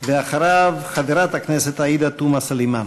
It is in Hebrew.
אחריו, חברת הכנסת עאידה תומא סלימאן.